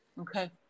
Okay